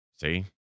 See